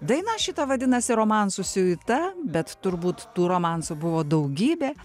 daina šitą vadinasi romansų siuita bet turbūt tų romansų buvo daugybė